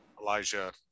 Elijah